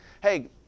hey